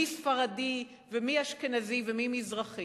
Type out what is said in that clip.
מי ספרדי, מי אשכנזי ומי מזרחי.